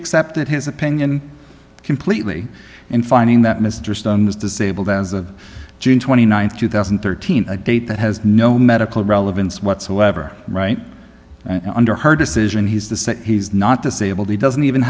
accepted his opinion completely in finding that mr stone was disabled as of june twenty ninth two thousand and thirteen a date that has no medical relevance whatsoever right under her decision he's to say he's not disabled he doesn't even